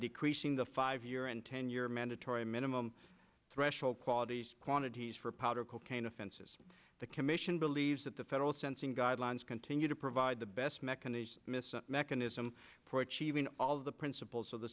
decreasing the five year and ten year mandatory minimum threshold quality quantities for powder cocaine offenses the commission believes that the federal sensing guidelines continue to provide the best mechanism mechanism for achieving all of the principles of the